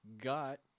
Got